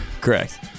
Correct